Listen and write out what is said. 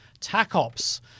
TACOPS